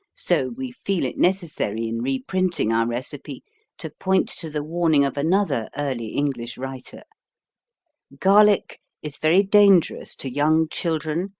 so we feel it necessary in reprinting our recipe to point to the warning of another early english writer garlic is very dangerous to young children,